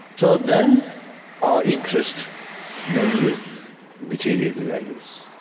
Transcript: so then our interest mainly material values.